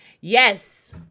yes